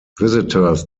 visitors